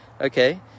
okay